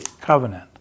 Covenant